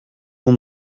bon